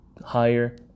higher